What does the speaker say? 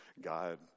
God